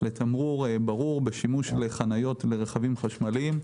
לתמרור ברור בשימוש לחניות ברכבים חשמליים.